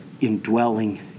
indwelling